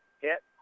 hit